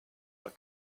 what